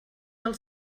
del